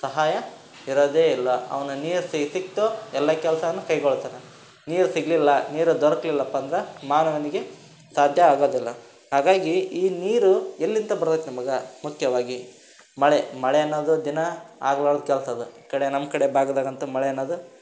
ಸಹಾಯ ಇರೋದೇ ಇಲ್ಲ ಅವನ ನೀರು ಸಿಕ್ತು ಎಲ್ಲ ಕೆಲಸನು ಕೈಗೊಳ್ತಾನ ನೀರು ಸಿಗಲಿಲ್ಲ ನೀರು ದೊರಕಲಿಲ್ಲಪ್ಪ ಅಂದ್ರೆ ಮಾನವನಿಗೆ ಸಾಧ್ಯ ಆಗೋದಿಲ್ಲ ಹಾಗಾಗಿ ಈ ನೀರು ಎಲ್ಲಿಂತ ಬರ್ತೈತೆ ನಿಮಗೆ ಮುಖ್ಯವಾಗಿ ಮಳೆ ಮಳೆ ಅನ್ನೋದು ದಿನ ಆಗ್ಲಾರ್ದ ಕೆಲಸ ಅದು ಕಡೆ ನಮ್ಮ ಕಡೆ ಭಾಗದಾಗೆ ಅಂತು ಮಳೆ ಅನ್ನೋದು